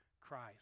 Christ